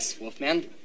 Wolfman